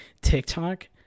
TikTok